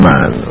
Man